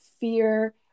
fear